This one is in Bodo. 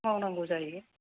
मावनांगौ जायो